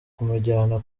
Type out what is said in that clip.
kumujyana